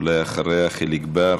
אחריה, חיליק בר.